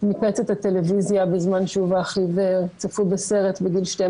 ניפץ את הטלוויזיה בזמן שהוא ואחיו צפו בסרט בגיל 12